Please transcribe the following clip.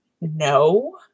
No